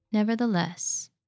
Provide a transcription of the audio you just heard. Nevertheless